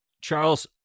Charles